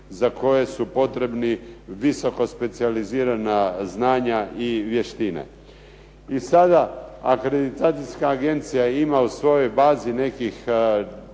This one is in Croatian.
za koje su potrebni visokospecijalizirana znanja i vještine. I sad akreditacijska agencija ima u svojoj bazi nekih